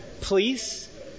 please